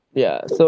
ya so